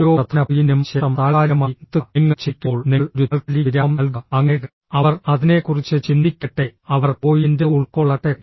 ഓരോ പ്രധാന പോയിന്റിനും ശേഷം താൽക്കാലികമായി നിർത്തുക നിങ്ങൾ ചിന്തിക്കുമ്പോൾ നിങ്ങൾ ഒരു താൽക്കാലിക വിരാമം നൽകുക അങ്ങനെ അവർ അതിനെക്കുറിച്ച് ചിന്തിക്കട്ടെ അവർ പോയിന്റ് ഉൾക്കൊള്ളട്ടെ